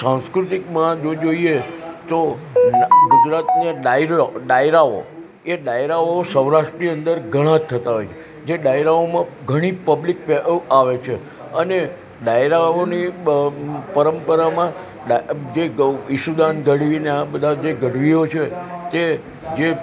સાંસ્કૃતિકમાં જો જોઈએ તો ગુજરાતને ડાયરો ડાયરાઓ એ ડાયરાઓ સૌરાષ્ટ્રની અંદર ઘણા થતા હોય જે ડાયરાઓમાં ઘણી પબ્લિક આવે છે અને ડાયરાઓની પરંપરામાં ઈશુદાન ગઢવીને આ બધા જે ગઢવીઓ છે તે જે